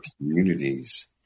communities